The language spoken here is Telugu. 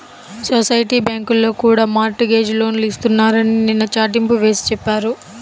సొసైటీ బ్యాంకుల్లో కూడా మార్ట్ గేజ్ లోన్లు ఇస్తున్నారని నిన్న చాటింపు వేసి చెప్పారు